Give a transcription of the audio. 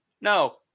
no